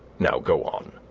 now, go on!